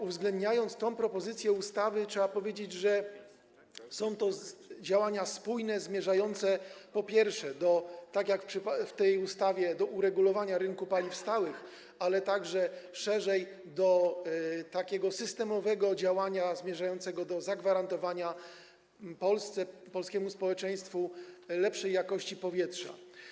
Uwzględniając te propozycje ustawy, trzeba powiedzieć, że są to działania spójne, zmierzające, po pierwsze - tak jak w tej ustawie - do uregulowania rynku paliw stałych, ale także szerzej - do systemowego działania zmierzającego do zagwarantowania Polsce, polskiemu społeczeństwu lepszej jakości powietrza.